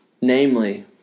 namely